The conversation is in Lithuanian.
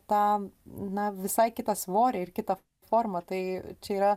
tą na visai kitą svorį ir kitą formą tai čia yra